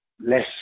less